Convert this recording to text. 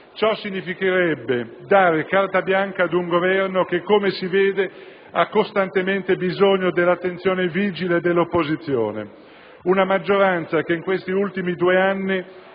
Ciò significherebbe dare carta bianca ad un Governo che, come si vede, ha costantemente bisogno dell'attenzione vigile dell'opposizione, e ad una maggioranza che in questi ultimi due anni,